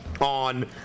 on